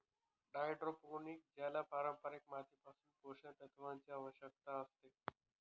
hydroponic ज्याला पारंपारिक मातीपासून पोषक तत्वांची आवश्यकता असते